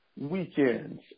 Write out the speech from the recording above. weekends